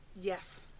Yes